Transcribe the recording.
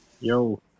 Yo